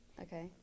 Okay